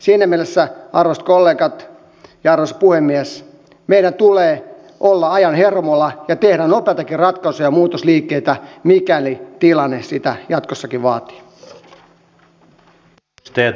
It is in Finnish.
siinä mielessä arvoisat kollegat ja arvoisa puhemies meidän tulee olla ajan hermolla ja tehdä nopeitakin ratkaisuja ja muutosliikkeitä mikäli tilanne sitä jatkossakin vaatii